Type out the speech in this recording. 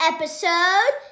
Episode